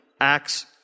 Acts